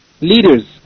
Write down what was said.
leaders